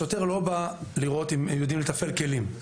השוטר לא בא לראות אם הם יודעים לתפעל כלים.